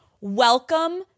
welcome